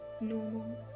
normal